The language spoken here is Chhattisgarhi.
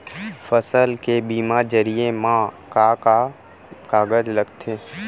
फसल के बीमा जरिए मा का का कागज लगथे?